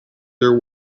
there